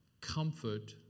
comfort